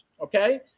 okay